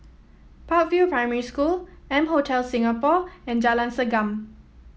Park View Primary School M Hotel Singapore and Jalan Segam